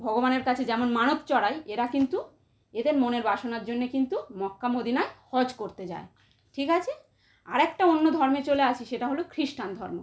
ভগবানের কাছে যেমন মানত চড়াই এরা কিন্তু এদের মনের বাসনার জন্যে কিন্তু মক্কা মদিনায় হজ করতে যায় ঠিক আছে আর একটা অন্য ধর্মে চলে আসি সেটা হলো খ্রিস্টান ধর্ম